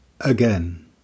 again